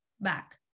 back